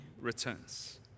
returns